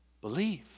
Believe